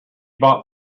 bought